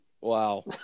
Wow